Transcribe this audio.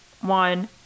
one